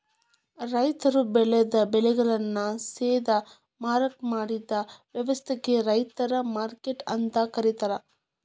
ರೈತರು ಬೆಳೆದ ಬೆಳೆಗಳನ್ನ ಸೇದಾ ಮಾರಾಕ್ ಮಾಡಿದ ವ್ಯವಸ್ಥಾಕ ರೈತರ ಮಾರ್ಕೆಟ್ ಅಂತ ಕರೇತಾರ